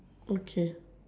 okay